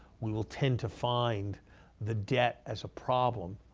we will tend to find the debt as a problem